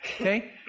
Okay